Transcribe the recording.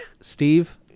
steve